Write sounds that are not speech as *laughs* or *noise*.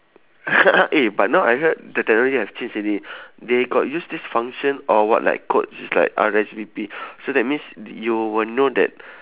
*laughs* eh but now I heard the technology have changed already they got use this function or what like code which is like R_S_V_P so that means you will know that